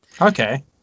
Okay